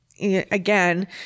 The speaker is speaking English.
again